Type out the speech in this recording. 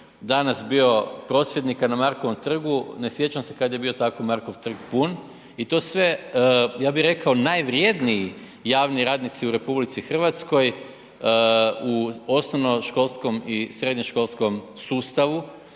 danas bio prosvjednika na Markovom trgu, ne sjećam se kada je bio tako Markov trg pun i to sve ja bih rekao najvrjedniji javni radnici u RH u osnovnoškolskom i srednjoškolskom sustavu,